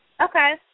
Okay